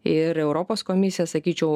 ir europos komisija sakyčiau